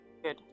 Good